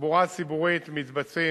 בתחבורה הציבורית מתבצעים,